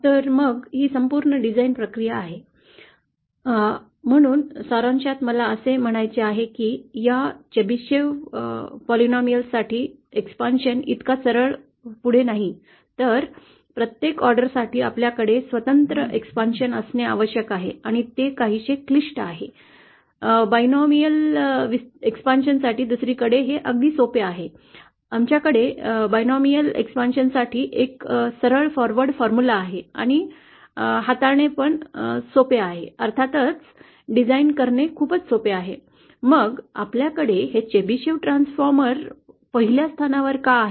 तर मग ही संपूर्ण डिझाइन प्रक्रिया आहे आह म्हणून सारांशात मला असे म्हणायचे आहे की या चेबिसिव्ह बहुवार्षिकसाठी विस्तार इतका सरळ पुढे नाही तर प्रत्येक ऑर्डरसाठी आपल्याकडे स्वतंत्र विस्तार असणे आवश्यक आहे आणि ते काहीसे क्लिष्ट आहे द्विपदीय विस्तार दुसरीकडे हे अगदी सोपे आहे आमच्याकडे द्विपदी विस्तारासाठी एक सरळ फॉरवर्ड फॉर्म्युला आहे आणि हाताळणे आणि अर्थातच डिझाइन करणे खूपच सोपे आहे मग आपल्याकडे हे चेबिसेव ट्रान्सफॉर्मर पहिल्या स्थानावर का आहे